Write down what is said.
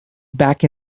back